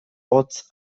hotz